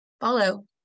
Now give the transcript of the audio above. follow